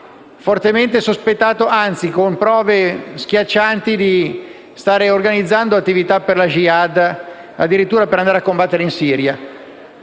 perché sospettato con prove schiaccianti di stare organizzando attività per la *jihad*, addirittura per andare a combattere in Siria.